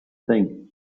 thing